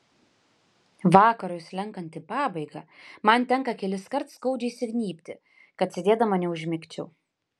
vakarui slenkant į pabaigą man tenka keliskart skaudžiai įsignybti kad sėdėdama neužmigčiau